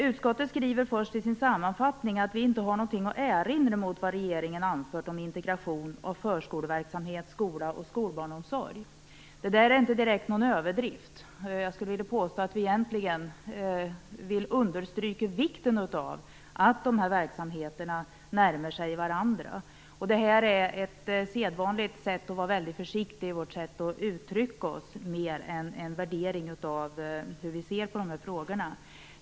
Utskottet skriver först i sin sammanfattning att det inte har något att erinra mot vad regeringen anfört om integration av förskoleverksamhet, skola och skolbarnomsorg. Det är inte direkt någon överdrift. Jag skulle vilja påstå att vi egentligen vill understryka vikten av att dessa verksamheter närmar sig varandra. Skrivningen visar mer på det sedvanliga sättet att vara väldigt försiktig när det gäller att uttrycka sig än på en värdering av hur vi ser på frågorna.